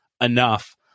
enough